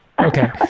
Okay